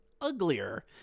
uglier